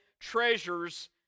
treasures